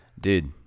Dude